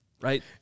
right